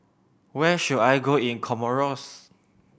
where should I go in Comoros